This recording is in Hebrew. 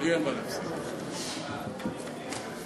לרשותך שלוש דקות.